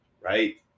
Right